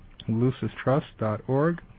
lucistrust.org